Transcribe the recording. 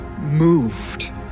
moved